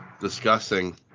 discussing